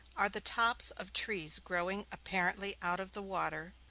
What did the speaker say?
are the tops of trees growing apparently out of the water,